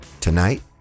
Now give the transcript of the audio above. tonight